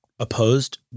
Opposed